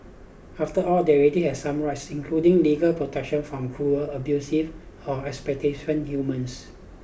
after all they already have some rights including legal protection from cruel abusive or exploitative humans